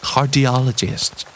Cardiologist